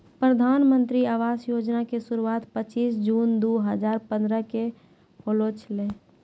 प्रधानमन्त्री आवास योजना के शुरुआत पचीश जून दु हजार पंद्रह के होलो छलै